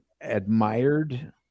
admired